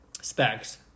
specs